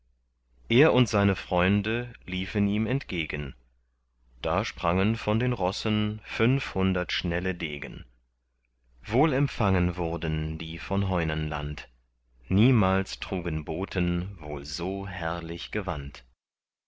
er und seine freunde liefen ihm entgegen da sprangen von den rossen fünfhundert schnelle degen wohl empfangen wurden die von heunenland niemals trugen boten wohl so herrlich gewand